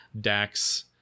Dax